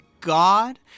God